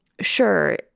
sure